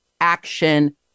Action